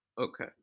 Okay